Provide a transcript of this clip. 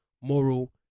moral